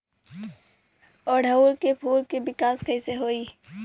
ओड़ुउल के फूल के विकास कैसे होई?